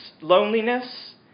loneliness